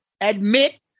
admit